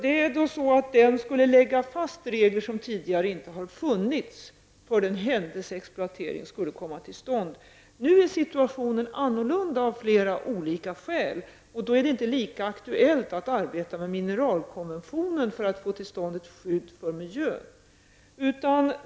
En sådan skulle lägga fast regler som tidigare inte har funnits för den händelse en exploatering skulle komma till stånd. Nu är situationen annorlunda av flera olika skäl. Då är det inte lika aktuellt att arbeta med mineralkonventionen för att få till stånd ett skydd för miljön.